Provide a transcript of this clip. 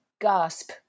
gasp